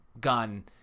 gun